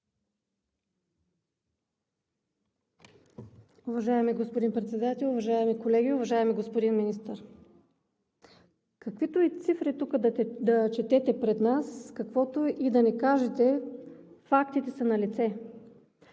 Уважаеми господин Председател, уважаеми колеги! Уважаеми господин Министър, каквито и цифри да четете тук пред нас, каквото и да ни кажете, фактите са налице